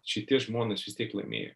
šitie žmonės vis tiek laimėjo